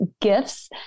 gifts